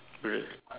bruh